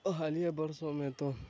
اور حالیہ برسوں میں تو